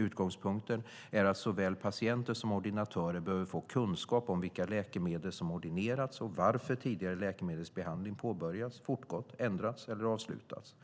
Utgångspunkten är att såväl patienter som ordinatörer behöver få kunskap om vilka läkemedel som ordinerats och varför tidigare läkemedelsbehandlingar påbörjats, fortgått, ändrats eller avslutats.